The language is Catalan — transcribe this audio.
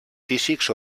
físics